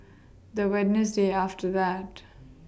The Wednesday after that